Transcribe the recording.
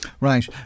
Right